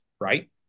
right